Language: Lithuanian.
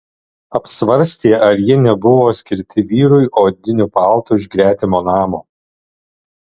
apsvarstė ar jie nebuvo skirti vyrui odiniu paltu iš gretimo namo